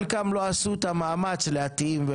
חלקם לא עשו את המאמץ להתאים,